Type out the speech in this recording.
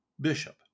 Bishop